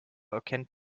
erkennt